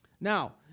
now